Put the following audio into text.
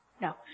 No